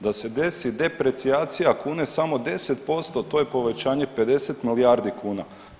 Da se desi deprecijacija kune samo 10% to je povećanje 50 milijardi kuna.